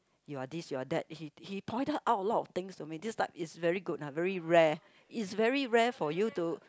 you are this you are that he he pointed out a lot of things to me this like it's very good ah very rare it's very rare to you